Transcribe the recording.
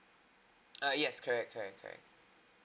err yes correct correct correct